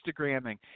Instagramming